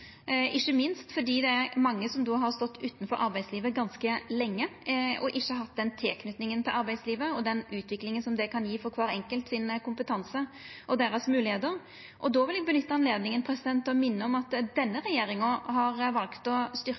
ikkje minst fordi det er mange som då har stått utanfor arbeidslivet ganske lenge, og som ikkje har hatt den tilknytinga til arbeidslivet og den utviklinga det kan gje for kompetansen og moglegheitene til kvar enkelt. Då vil eg nytta anledninga til å minna om at denne regjeringa har valt å